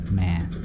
man